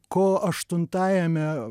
ko aštuntajame